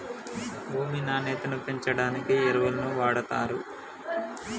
భూమి నాణ్యతను పెంచడానికి ఎరువులను వాడుతారు